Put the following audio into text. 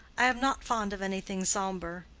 i am not fond of anything sombre.